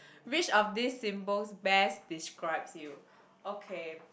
which of these symbols best describes you okay